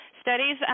studies